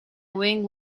wing